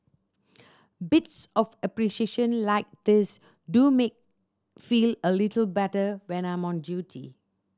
bits of appreciation like these do make feel a little better when I'm on duty